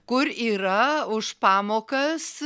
kur yra už pamokas